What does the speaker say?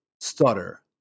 stutter